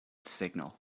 signal